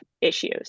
issues